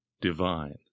divine